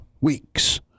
weeks